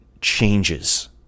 changes